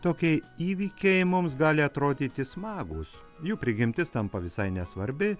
tokie įvykiai mums gali atrodyti smagūs jų prigimtis tampa visai nesvarbi